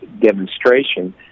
demonstration